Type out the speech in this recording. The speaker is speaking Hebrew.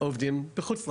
עובדים בחוץ לארץ.